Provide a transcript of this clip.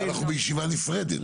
אנחנו בישיבה נפרדת.